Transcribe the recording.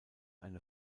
eine